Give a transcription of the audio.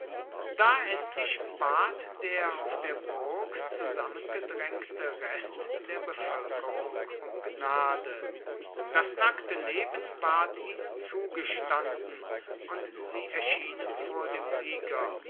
da endlich bat der auf der burg zusammengedrängte rest der bevölkerung um gnade das nackte leben ward ihnen zugestanden und sie erschienen vor dem sieger